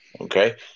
Okay